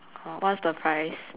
uh what's the price